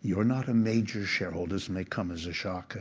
you're not a major shareholder. this may come as a shock.